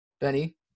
Benny